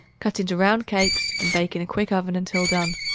cut into round cakes and bake in a quick oven until done.